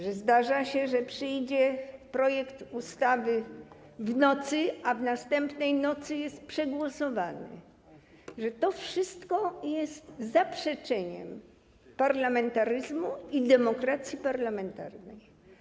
że zdarza się, że przyjdzie projekt ustawy w nocy, a następnej nocy jest przegłosowany, że to wszystko jest zaprzeczeniem parlamentaryzmu i demokracji parlamentarnej.